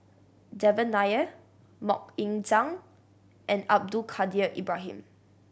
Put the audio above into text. Devan Nair Mok Ying Jang and Abdul Kadir Ibrahim